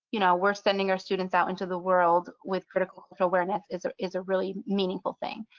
you know, we're sending our students out into the world with critical awareness is ah is a really meaningful thing.